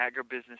agribusiness